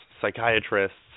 psychiatrists